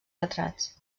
retrats